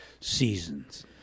seasons